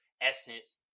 essence